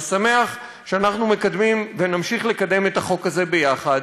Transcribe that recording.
ושמח שאנחנו מקדמים ונמשיך לקדם את החוק הזה יחד,